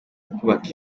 kubaka